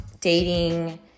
dating